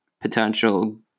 potential